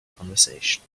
conversation